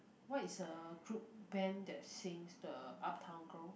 what is a group band that sings the uptown girl